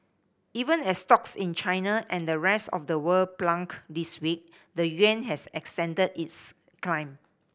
even as stocks in China and the rest of the world plunged this week the yuan has extended its climb